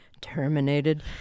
Terminated